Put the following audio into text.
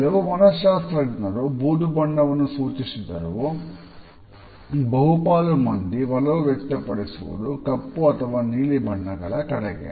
ಕೆಲವು ಮನಶಾಸ್ತ್ರಜ್ಞರು ಬೂದು ಬಣ್ಣವನ್ನು ಸೂಚಿಸಿದರೂ ಬಹುಪಾಲು ಮಂದಿ ಒಲವು ವ್ಯಕ್ತಪಡಿಸುವುದು ಕಪ್ಪು ಅಥವಾ ನೀಲಿ ಬಣ್ಣಗಳ ಕಡೆಗೆ